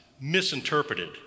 misinterpreted